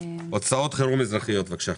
הוצאות חירום אזרחיות, בבקשה.